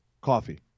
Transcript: coffee